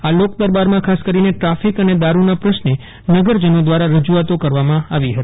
આ લોક દરબારમાં ખાસ કરીને દ્રાફિક અને દારૂના પ્રશ્ને નગરજનો દ્વારા રજુઅતો કરવામાં આવી હતી